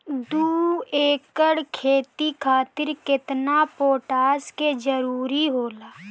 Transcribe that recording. दु एकड़ खेती खातिर केतना पोटाश के जरूरी होला?